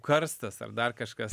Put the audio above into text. karstas ar dar kažkas